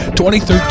2013